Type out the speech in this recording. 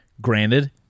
Granted